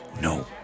No